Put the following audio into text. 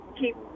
keep